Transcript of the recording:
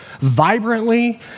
vibrantly